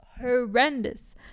horrendous